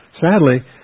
sadly